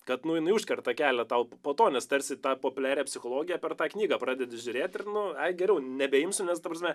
kad nu jinai užkerta kelią tau po to nes tarsi tą populiarią psichologiją per tą knygą pradedi žiūrėt ir nu ai geriau nebeimsiu nes ta prasme